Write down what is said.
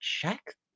check